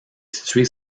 située